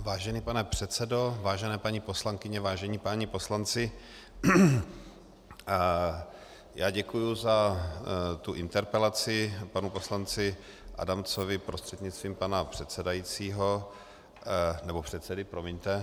Vážený pane předsedo, vážené paní poslankyně, vážení páni poslanci, děkuji za interpelaci panu poslanci Adamcovi prostřednictvím pana předsedajícího, nebo předsedy, promiňte.